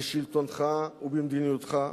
בשלטונך ובמדיניותך.